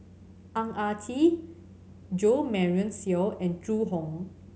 Ang Ah Tee Jo Marion Seow and Zhu Hong